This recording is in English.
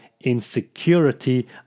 insecurity